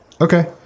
Okay